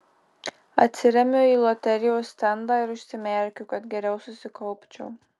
atsiremiu į loterijos stendą ir užsimerkiu kad geriau susikaupčiau